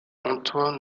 antoine